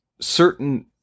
certain